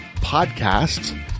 podcasts